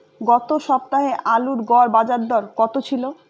গত সপ্তাহে আলুর গড় বাজারদর কত ছিল?